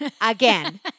again